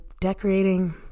decorating